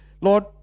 Lord